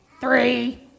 Three